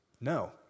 No